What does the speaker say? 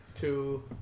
Two